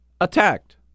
attacked